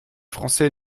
français